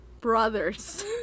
brothers